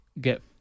get